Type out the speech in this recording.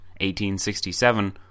1867